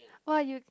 !wah! you